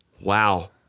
Wow